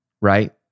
right